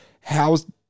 How's